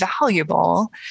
valuable